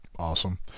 Awesome